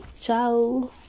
ciao